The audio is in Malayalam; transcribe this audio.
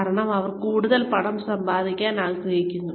കാരണം അവർ കൂടുതൽ പണം സമ്പാദിക്കാൻ ആഗ്രഹിക്കുന്നു